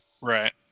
Right